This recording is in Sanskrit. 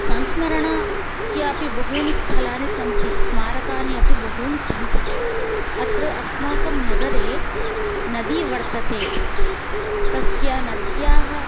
संस्मरणस्यापि बहूनि स्थलानि सन्ति स्मारकाणि अपि बहूनि सन्ति अत्र अस्माकं नगरे नदी वर्तते तस्याः नद्याः